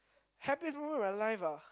happiest moment in my life ah